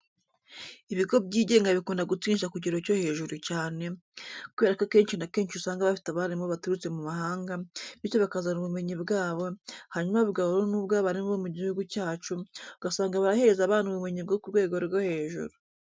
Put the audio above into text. Ibigo byigenga bikunda gutsindisha ku kigero cyo hejuru cyane, kubera ko akenshi na kenshi usanga bafite abarimu baturutse mu muhanga, bityo bakazana ubumenyi bwabo, hanyuma bugahura n'ubw'abarimu bo mu gihugu cyacu, ugasanga barahereza abana ubumenyi bwo ku rwego rwo hejuru.